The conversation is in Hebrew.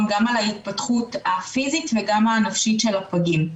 גם על ההתפתחות הפיזית וגם הנפשית של הפגים.